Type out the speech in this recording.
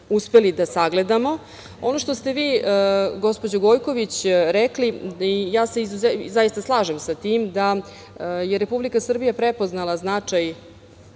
uspeli da sagledamo. Ono što ste vi gospođo Gojković rekli, ja se slažem sa tim, da je Republika Srbija prepoznala značaj